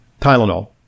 Tylenol